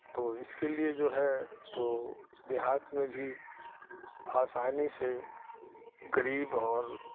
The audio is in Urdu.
تو اس کے لیے جو ہے تو دیہات میں بھی آسانی سے غریب اور